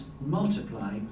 multiply